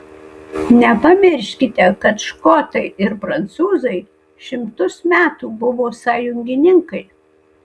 nepamirškite kad škotai ir prancūzai šimtus metų buvo sąjungininkai